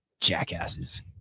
Jackasses